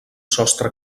sostre